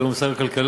שהוא גם שר הכלכלה,